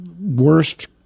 worst